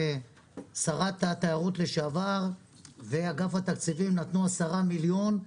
שרת התיירות לשעבר ואגף התקציבים נתנו 10 מיליון שקל.